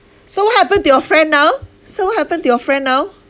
so what happen to your friend now so what happen to your friend now